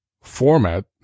format